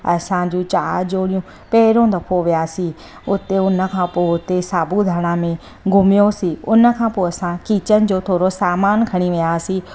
असां जूं चारि जोड़ियूं पहिरियों दफ़ो वियासीं उते उन खां पोइ हुते सापुतारा में घुमियासीं उन खां पोइ असां किचन जो थोरो सामान खणी वियासीं